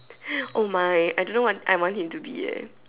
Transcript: oh my I don't know what I want him to be eh